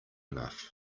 enough